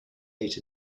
ate